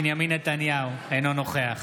בנימין נתניהו, אינו נוכח